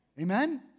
Amen